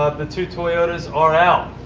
ah the two toyotas are out.